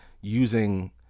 using